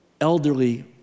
elderly